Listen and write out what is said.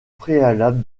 préalable